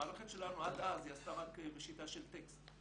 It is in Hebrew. המערכת שלנו עד אז עשתה רק בשיטה של טקסט,